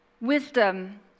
wisdom